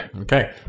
okay